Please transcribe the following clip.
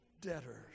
debtors